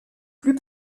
plus